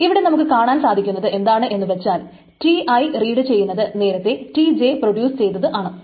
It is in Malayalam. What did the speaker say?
ഇവിടെ നമുക്ക് കാണാൻ സാധിക്കുന്നത് എന്താണെന്നു വച്ചാൽ Ti റീഡ് ചെയ്യുന്നത് നേരത്തെ Tj പ്രൊഡ്യൂസ് ചെയ്തത് ആണ്